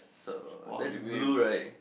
so that's blue right